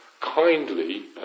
kindly